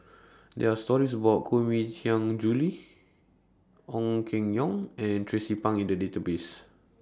There Are stories about Koh Mui Hiang Julie Ong Keng Yong and Tracie Pang in The Database